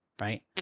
right